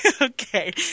Okay